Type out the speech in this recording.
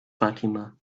fatima